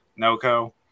Noco